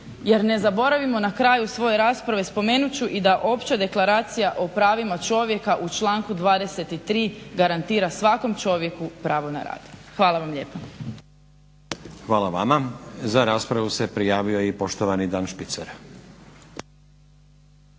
Jer ne zaboravimo na kraju svoje rasprave spomenut ću i da Opća deklaracija o pravima čovjeka u članku 23. garantira svakom čovjeku pravo na rad. Hvala vam lijepa. **Stazić, Nenad (SDP)** Hvala vama. Za raspravu se prijavio i poštovani Dan Špicer.